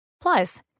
Plus